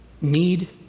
Need